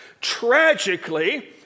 Tragically